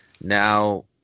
Now